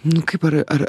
nu kaip ar ar